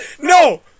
No